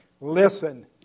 Listen